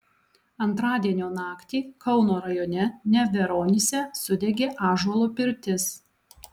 antradienio naktį kauno rajone neveronyse sudegė ąžuolo pirtis